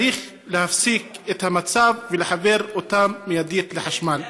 צריך להפסיק את המצב ולחבר אותם מיידית לחשמל.